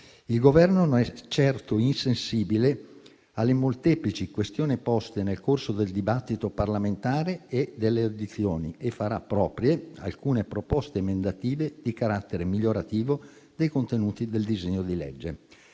Il Governo non è certo insensibile alle molteplici questioni poste nel corso del dibattito parlamentare e delle audizioni e farà proprie alcune proposte emendative di carattere migliorativo dei contenuti del disegno di legge.